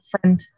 friend